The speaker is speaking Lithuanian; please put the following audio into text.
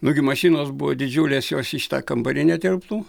nugi mašinos buvo didžiulės jos į šitą kambarį netilptų